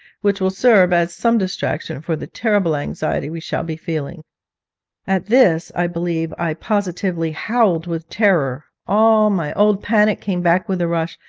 which will serve as some distraction from the terrible anxiety we shall be feeling at this i believe i positively howled with terror all my old panic came back with a rush.